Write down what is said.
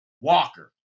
Walker